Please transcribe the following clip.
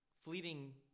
fleeting –